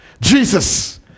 Jesus